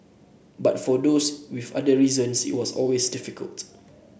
but for those with other reasons it's always difficult